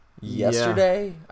yesterday